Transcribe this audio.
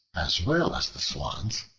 as well as the swans,